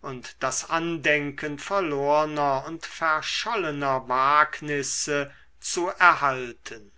und das andenken verlorner und verschollener wagnisse zu erhalten